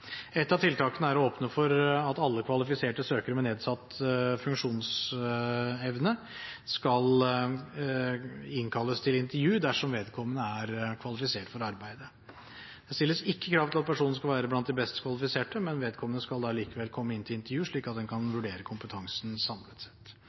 av tiltakene er å åpne for at alle kvalifiserte søkere med nedsatt funksjonsevne skal innkalles til intervju dersom vedkommende er kvalifisert for arbeidet. Det stilles ikke krav til at personen skal være blant de best kvalifiserte, men vedkommende skal allikevel komme inn til intervju, slik at en